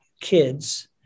Kids